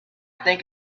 think